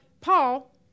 Paul